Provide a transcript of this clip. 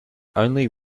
only